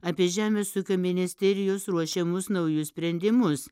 apie žemės ūkio ministerijos ruošiamus naujus sprendimus